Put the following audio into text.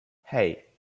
hey